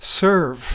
serve